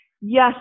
Yes